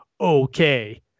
okay